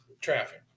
traffic